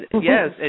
Yes